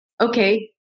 Okay